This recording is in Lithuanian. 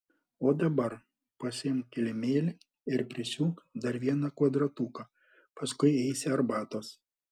o dabar pasiimk kilimėlį ir prisiūk dar vieną kvadratuką paskui eisi arbatos